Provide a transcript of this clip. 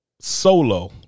Solo